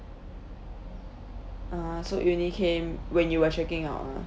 ah so it only came when you were checking out ah